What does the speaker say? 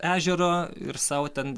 ežero ir sau ten